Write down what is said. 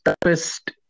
toughest